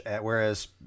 whereas